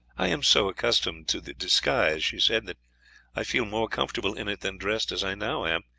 i am so accustomed to the disguise, she said, that i feel more comfortable in it than dressed as i now am,